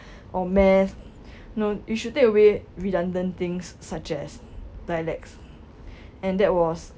or math know you should take away redundant things such as dialects and that was